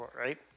right